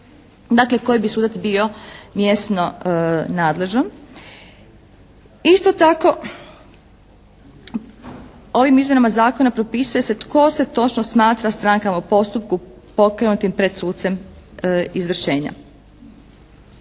Dakle, koji bi sudac bio mjesno nadležan? Isto tako ovim izmjenama zakona propisuje se tko se točno smatra strankama u postupku pokrenutim pred sucem izvršenja?